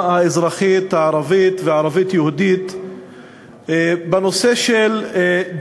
האזרחית הערבית והערבית-יהודית בנושא של